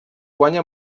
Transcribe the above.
guanya